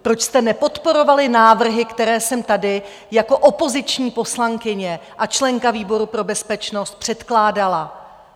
Proč jste nepodporovali návrhy, které jsem tady jako opoziční poslankyně a členka výboru pro bezpečnost předkládala?